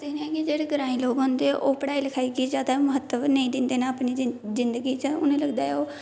इयै गी जेहडे़ ग्राई लोक होंदे ओह् पढ़ाई लिखाई गी ज्यादा महत्व नेई दिंदे ना जिंदगी च उनें ई लगदा ओह्